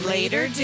Later